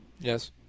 Yes